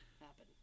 happen